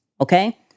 Okay